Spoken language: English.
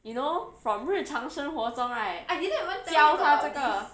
you know from 日常生活中教他这个